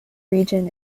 region